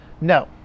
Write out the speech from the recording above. no